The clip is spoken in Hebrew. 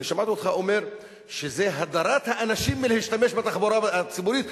שמעתי אותך אומר שזה הדרת האנשים מלהשתמש בתחבורה הציבורית.